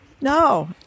No